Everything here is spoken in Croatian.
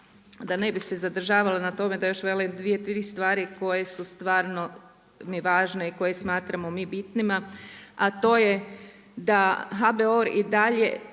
Da ne bi se zadržavali na tome da još velim dvije, tri stvari koje su stvarno mi važne i koje smatramo mi bitnima a to je da HBOR i dalje